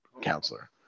counselor